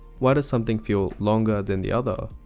why does something feel longer than the other?